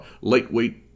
lightweight